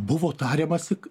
buvo tariamasi